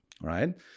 right